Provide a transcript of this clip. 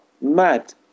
mad